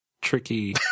tricky